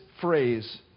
phrase